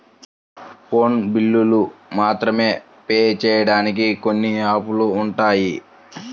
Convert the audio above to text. phone బిల్లులు మాత్రమే pay చెయ్యడానికి కొన్ని యాపులు ఉన్నాయి